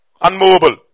unmovable